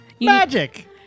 magic